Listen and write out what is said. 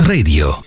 Radio